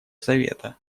совета